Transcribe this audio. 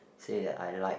say that I like